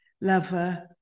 lover